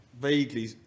vaguely